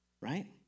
right